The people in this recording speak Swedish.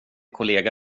kollega